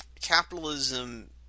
capitalism